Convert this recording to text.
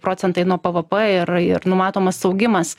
procentai nuo bvp ir ir numatomas augimas